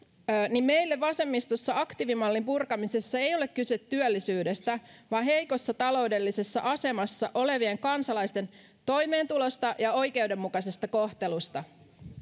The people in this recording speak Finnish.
meille vasemmistossa aktiivimallin purkamisessa ei ole kyse työllisyydestä vaan heikossa taloudellisessa asemassa olevien kansalaisten toimeentulosta ja oikeudenmukaisesta kohtelusta